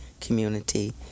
community